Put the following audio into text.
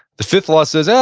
the fifth law says ah,